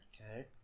Okay